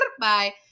bye